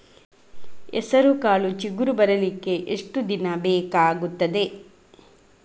ಹೆಸರುಕಾಳು ಚಿಗುರು ಬರ್ಲಿಕ್ಕೆ ಎಷ್ಟು ದಿನ ಬೇಕಗ್ತಾದೆ?